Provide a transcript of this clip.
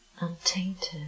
untainted